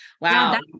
wow